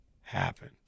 happen